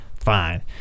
fine